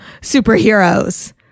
superheroes